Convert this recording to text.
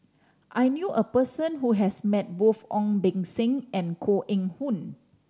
I knew a person who has met both Ong Beng Seng and Koh Eng Hoon